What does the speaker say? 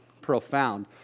profound